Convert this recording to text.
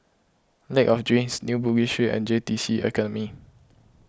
Lake of Dreams New Bugis Street and J T C Academy